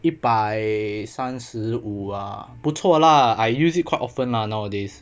一百三十五啊不错 lah I use it quite often lah nowadays